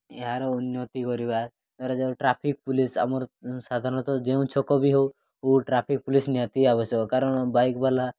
ଏହାର ଉନ୍ନତି କରିବା ଧରାଯାଉ ଟ୍ରାଫିକ୍ ପୋଲିସ୍ ଆମର ସାଧାରଣତଃ ଯେଉଁ ଛକ ବି ହେଉ ଓ ଟ୍ରାଫିକ୍ ପୋଲିସ୍ ନିହାତି ଆବଶ୍ୟକ କାରଣ ବାଇକ୍ବାଲା